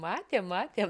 matėm matėm